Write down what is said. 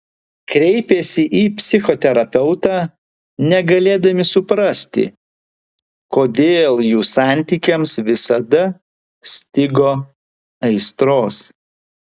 kreipėsi į psichoterapeutą negalėdami suprasti kodėl jų santykiams visada stigo aistros